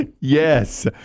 Yes